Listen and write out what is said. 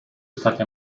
stati